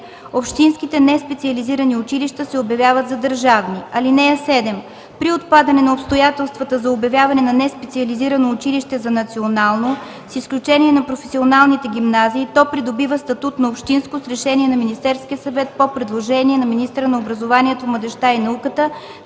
общинските неспециализирани училища се обявяват за държавни. (7) При отпадане на обстоятелствата за обявяване на неспециализирано училище за национално, с изключение на професионалните гимназии, то придобива статут на общинско с решение на Министерския съвет по предложение на министъра на образованието, младежта и науката